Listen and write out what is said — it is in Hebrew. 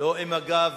לא עם הגב